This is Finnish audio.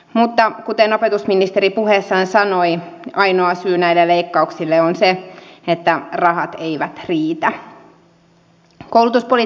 mutta kuten opetusministeri puheessaan sanoi ainoa syy näille leikkauksille on se että rahat eivät riitä